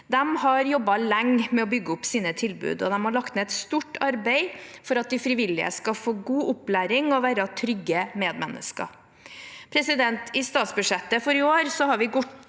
de har lagt ned et stort arbeid for at de frivillige skal få god opplæring og være trygge medmennesker. I statsbudsjettet for i år har vi gått